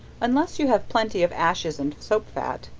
unless you have plenty of ashes and soap-fat,